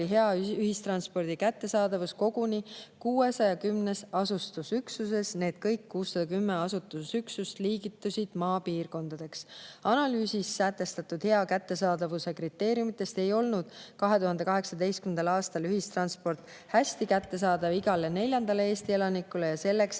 hea ühistranspordi kättesaadavus koguni 610 asustusüksuses, kõik need 610 asustusüksust liigitusid maapiirkondadeks. Analüüsis sätestatud hea kättesaadavuse kriteeriumidest ei olnud 2018. aastal ühistransport hästi kättesaadav igale neljandale Eesti elanikule. Selleks,